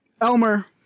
elmer